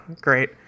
great